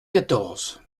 quatorze